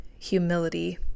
humility